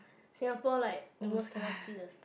Singapore like almost cannot see the st~